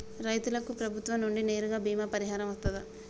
రైతులకు ప్రభుత్వం నుండి నేరుగా బీమా పరిహారం వత్తదా?